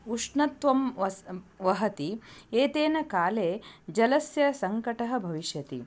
उष्णत्वं वस् वहति एतस्मिन् काले जलस्य सङ्कटः भविष्यति